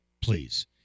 Please